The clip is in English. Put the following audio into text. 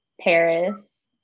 Paris